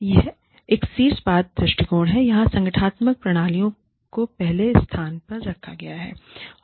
यह एक शीर्ष पाद दृष्टिकोण है जहां संगठनात्मक प्रणालियों को पहले स्थान पर रखा गया है